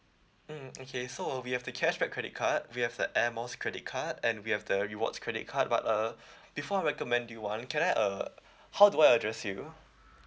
mm okay so uh we have the cashback credit card we have the air miles credit card and we have the rewards credit card but uh before I recommend to you one can I uh how do I address you